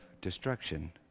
destruction